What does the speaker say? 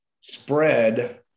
spread